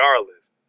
Regardless